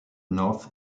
north